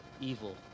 evil